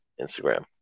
Instagram